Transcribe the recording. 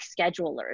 schedulers